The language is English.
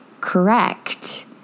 correct